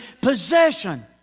possession